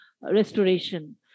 restoration